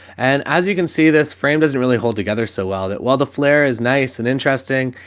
and as you can see, this frame doesn't really hold together so well that while the flare is nice and interesting,